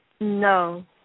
No